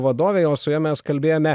vadovei o su ja mes kalbėjome